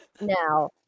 now